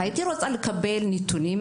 הייתי רוצה לקבל נתונים.